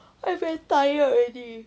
I very tired already